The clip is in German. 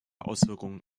auswirkungen